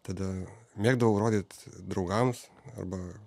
tada mėgdavau rodyt draugams arba